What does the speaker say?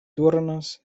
turnas